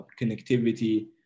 connectivity